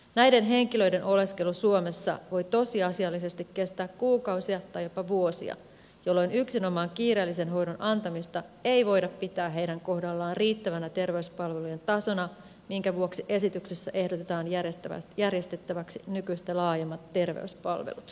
näiden henkilöiden oleskelu suomessa voi tosiasiallisesti kestää kuukausia tai jopa vuosia jolloin yksinomaan kiireellisen hoidon antamista ei voida pitää heidän kohdallaan riittävänä terveyspalvelujen tasona minkä vuoksi esityksessä ehdotetaan järjestettäväksi nykyistä laajemmat terveyspalvelut